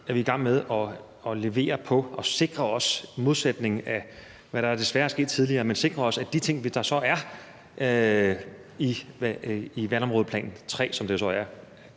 er vi i gang med at levere på at sikre os – i modsætning til, hvad der desværre er sket tidligere – de ting, der så er i vandområdeplan III, som det så er,